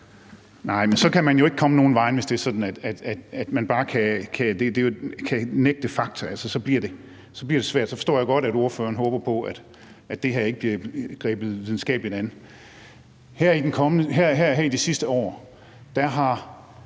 så kan man jo ikke komme nogen vegne, hvis det er sådan, at man bare kan benægte fakta. Så bliver det svært. Så forstår jeg godt, at ordføreren håber på, at det her ikke bliver grebet videnskabeligt an. Her i de sidste år er